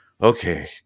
okay